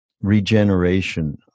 regeneration